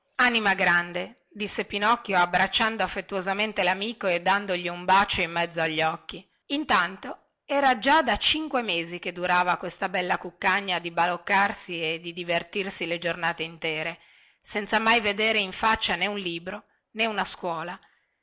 anima grande disse pinocchio abbracciando affettuosamente lamico e dandogli un bacio in mezzo agli occhi intanto era già da cinque mesi che durava questa bella cuccagna di baloccarsi e di divertirsi le giornate intere senza mai vedere in faccia né un libro né una scuola